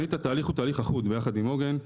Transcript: שנית, התהליך הוא תהליך אחוד ביחד עם עוגן.